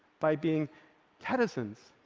by being tedizens.